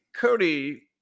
Cody